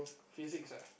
physics ah